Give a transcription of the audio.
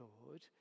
Lord